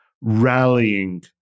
rallying